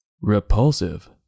Repulsive